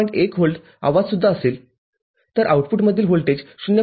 १व्होल्ट आवाज सुद्धा असेलतर आउटपुटमधील व्होल्टेज ०